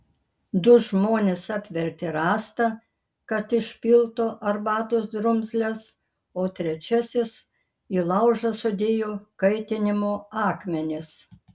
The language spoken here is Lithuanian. du žmonės apvertė rąstą kad išpiltų arbatos drumzles o trečiasis į laužą sudėjo kaitinimo akmenis